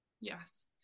Yes